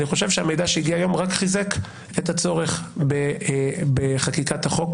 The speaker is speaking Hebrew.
אני חושב שהמידע שהגיע היום רק חיזק את הצורך בחקיקת החוק,